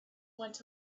went